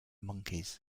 monkeys